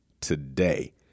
today